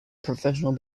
professional